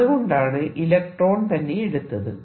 അതുകൊണ്ടാണ് ഇലക്ട്രോൺ തന്നെയെടുത്തത്